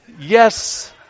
Yes